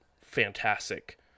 fantastic